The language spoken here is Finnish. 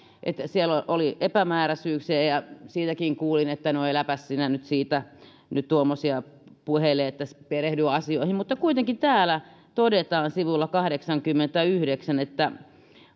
että siellä oli epämääräisyyksiä ja siitäkin kuulin että no äläpäs sinä nyt siitä tuommoisia puhele että perehdy asioihin mutta kuitenkin täällä todetaan sivulla kahdeksankymmentäyhdeksän että